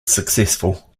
successful